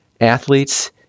athletes